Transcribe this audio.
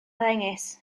ddengys